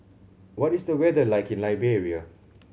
what is the weather like in Liberia